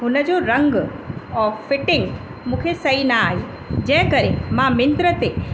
हुनजो रंग और फ़िटिंग मूंखे सही न आहीं जंहिं करे मां मिंत्र ते